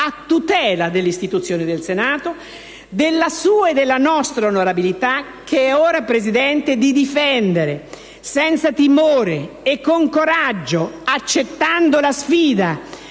a tutela dell'istituzione del Senato, della sua e della nostra onorabilità, che è ora, Presidente, di difendere, senza timore e con coraggio, accettando la sfida,